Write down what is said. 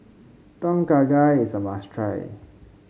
Tom Kha Gai is a must try